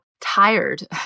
tired